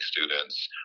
students